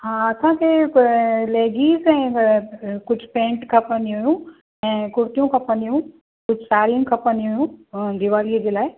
हा असांखे लैगीस ऐं कुझु पैंट खपंदियूं हुयूं ऐं कुर्तियूं खपंदियूं हुयूं कुझु साड़ियूं खपंदियूं हुयूं दिवालीअ जे लाइ